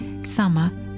summer